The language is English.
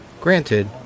Granted